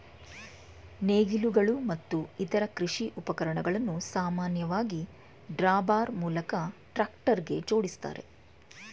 ನೇಗಿಲುಗಳು ಮತ್ತು ಇತರ ಕೃಷಿ ಉಪಕರಣಗಳನ್ನು ಸಾಮಾನ್ಯವಾಗಿ ಡ್ರಾಬಾರ್ ಮೂಲಕ ಟ್ರಾಕ್ಟರ್ಗೆ ಜೋಡಿಸ್ತಾರೆ